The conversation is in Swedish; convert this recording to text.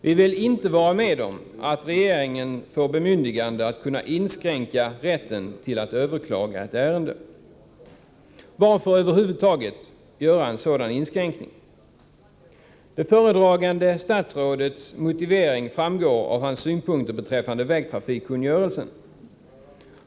Vi vill inte vara med om att ge regeringen bemyndigande att kunna inskränka rätten att överklaga beslutet i ett ärende. Varför över huvud taget göra en sådan inskränkning? Det föredragande statsrådets motivering framgår av hans synpunkter beträffande vägtrafikkungörelsen.